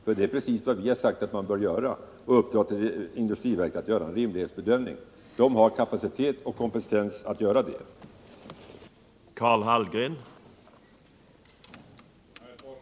Det är också precis vad vi har sagt, nämligen att man skall uppdra åt industriverket att göra en rimlighetsbedömning. Industriverket har också kapacitet och kompetens att göra en sådan.